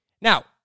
Now